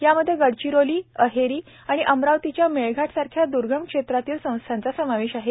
यामध्ये गडचिरोली अहेरी व अमरावतीच्या मेलघाट सारखे द्र्गम क्षेत्रातील संस्थाचा समावेश आहे